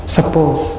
Suppose